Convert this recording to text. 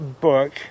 book